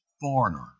foreigner